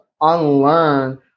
unlearn